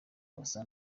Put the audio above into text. basa